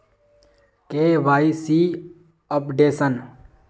KYC updation?